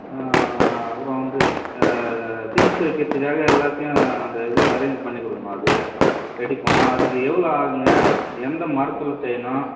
அப்புறம் வந்து திங்க்ஸ் வைக்கிறதுக்காக எல்லாத்தையும் அந்த இது அரேஞ்ச் பண்ணி கொடுக்கணும் அது ரெடி பண்ணணும் அதுக்கு எவ்வளோ ஆகுங்க எந்த மரத்தில் செய்யணும்